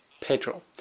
petrol